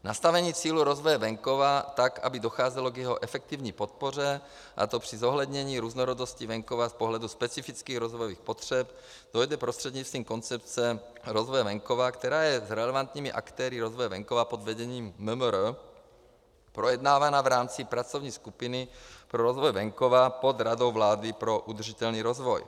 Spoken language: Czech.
Nastavení cílů rozvoje venkova tak, aby docházelo k jeho efektivní podpoře, a to při zohlednění různorodosti venkova z pohledu specifických rozvojových potřeb prostřednictvím koncepce rozvoje venkova, která je s relevantními aktéry rozvoje venkova pod vedením MMR projednávána v rámci pracovní skupiny pro rozvoj venkova pod Radou vlády pro udržitelný rozvoj.